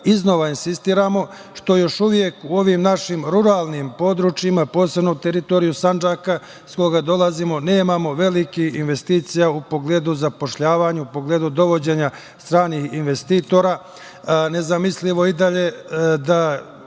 iznova insistiramo, što još uvek u ovim našim ruralnim područjima, posebno teritoriju Sandžaka iz koga dolazimo nemamo velikih investicija u pogledu zapošljavanja, u pogledu dovođenja stranih investitora. Nezamislivo je da